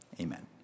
amen